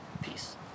peace